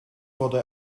wurde